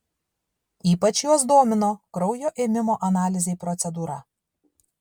ypač juos domino kraujo ėmimo analizei procedūra